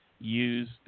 use